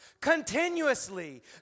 continuously